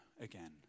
again